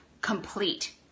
complete